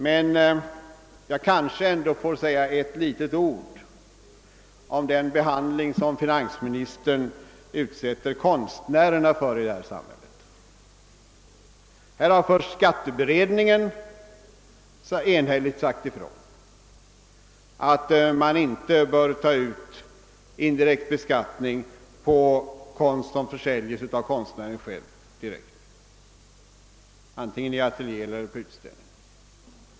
Men jag kanske ändå får säga några ord om den behandling som finansministern utsätter konstnärerna för i detta samhälle. Här har först skatteberedningen enhälligt sagt ifrån att man inte bör ta ut den indirekta skatten på konst som säljs av konstnären själv antingen på ateljé eller på utställning.